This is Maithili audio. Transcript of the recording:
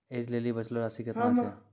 ऐज लेली बचलो राशि केतना छै?